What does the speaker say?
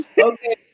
Okay